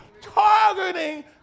targeting